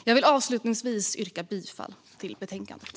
Jag vill avslutningsvis yrka bifall till förslagen i betänkandet.